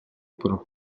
pendant